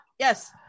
Yes